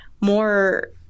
more